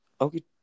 okay